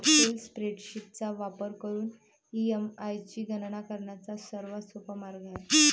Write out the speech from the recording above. Excel spreadsheet चा वापर करून ई.एम.आय ची गणना करण्याचा सर्वात सोपा मार्ग आहे